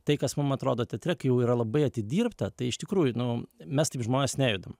tai kas mum atrodo teatre jau yra labai atidirbta tai iš tikrųjų nu mes taip žmonės nejudam